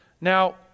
Now